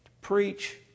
preach